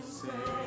say